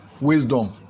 wisdom